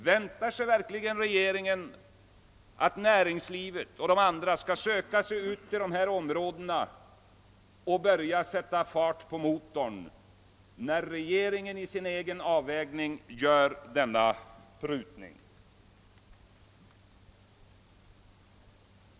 Väntar sig verkligen regeringen att näringslivet och andra intressenter skall söka sig ut i dessa områden och där börja sätta fart på motorn samtidigt som regeringen vid sin egen avvägning gör denna prutning?